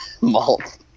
malt